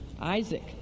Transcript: Isaac